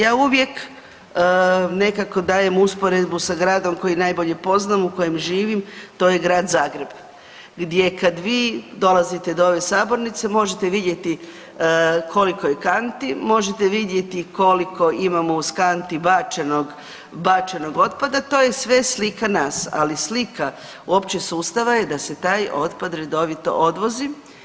Ja uvijek nekako dajem usporedbu sa gradom koji najboljem poznam u kojem živim, to je Grad Zagreb gdje kad vi dolazite do ove sabornice možete vidjeti koliko je kanti, možete vidjeti koliko imamo uz kanti bačenog otpada, to je sve slika nas, ali slika uopće sustava da se taj otpad redovito odvozi.